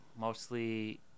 mostly